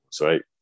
right